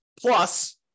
Plus